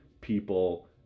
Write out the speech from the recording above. people